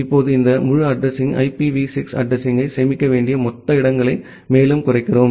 இப்போது இந்த முழு அட்ரஸிங்யும் ஐபிவி 6 அட்ரஸிங்யைச் சேமிக்க வேண்டிய மொத்த இடங்களை மேலும் குறைக்கிறோம்